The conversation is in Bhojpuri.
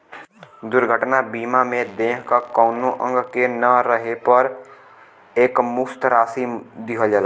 दुर्घटना बीमा में देह क कउनो अंग के न रहे पर एकमुश्त राशि दिहल जाला